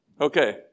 Okay